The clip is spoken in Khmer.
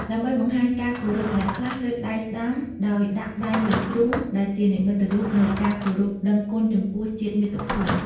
ដើម្បីបង្ហាញការគោរព អ្នកខ្លះលើកដៃស្តាំដោយដាក់ដៃលើទ្រូង ដែលជានិមិត្តរូបនៃការគោរពដឹងគុណចំពោះជាតិមាតុភូមិ។